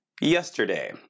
yesterday